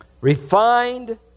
refined